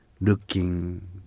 looking